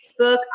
Facebook